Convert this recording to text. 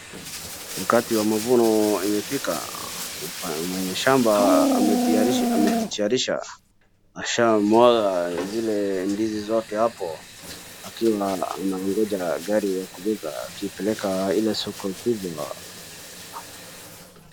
Wakati wa mavuno imefika, mwenye shamba amejitayarisha, ashamwaga zile ndizi zote hapo, akiwa anangoja gari ya kubeba kupeleka ile soko kubwa.